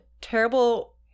terrible